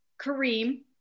Kareem